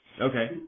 Okay